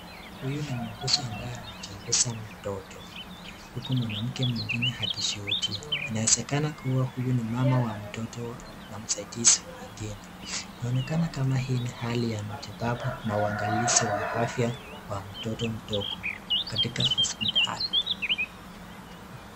Huyu ni muuguzi ambaye anamchunguza mtoto, Yuko mwanamke mwingine akishuhudia, inawezekana kuwa huyu ni mama wa mtoto na msaidizi mwingine, inaonekana kama hii ni hali ya matibabu na ni uangalizi wa afya wa mtoto mdogo katika hospitali.